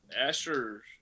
asher